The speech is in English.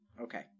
okay